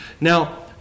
Now